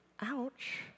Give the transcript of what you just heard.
Ouch